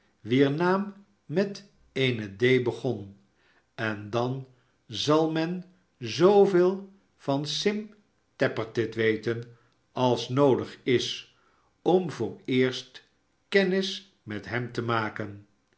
wier naam met eene d begon en dan zal men zooveel van sim tappertit weten als noodig is om vooreerst kennis met hem te maken